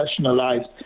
professionalized